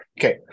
Okay